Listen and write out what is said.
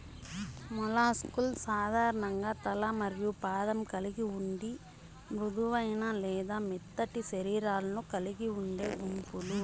mollusc లు సాధారణంగా తల మరియు పాదం కలిగి ఉండి మృదువైన లేదా మెత్తటి శరీరాలను కలిగి ఉండే గుంపులు